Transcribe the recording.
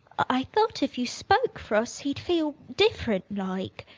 i thought if you spoke for us, he'd feel different-like.